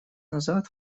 назад